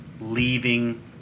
leaving